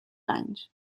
anys